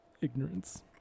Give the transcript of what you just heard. ignorance